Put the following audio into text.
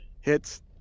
hits